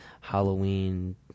Halloween